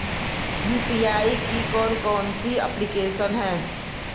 UPI की कौन कौन सी एप्लिकेशन हैं?